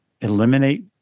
eliminate